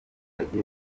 baturage